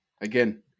again